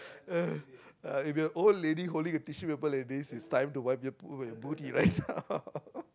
ugh uh if you're old lady holding a tissue paper like this it's time to wipe your poo and booty right now